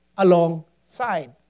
Alongside